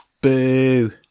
Boo